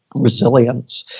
resilience.